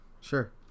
Sure